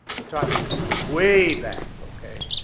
we're talking way back, okay?